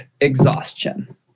exhaustion